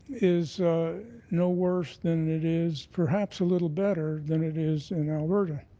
is no worse than it is, perhaps a little better, than it is in alberta.